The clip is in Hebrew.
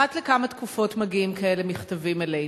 אחת לכמה זמן מגיעים כאלה מכתבים אלינו.